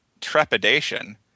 trepidation